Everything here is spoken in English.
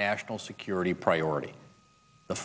national security priority the